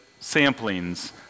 samplings